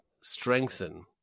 strengthen